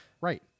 Right